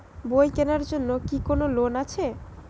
বই কেনার জন্য কি কোন লোন আছে?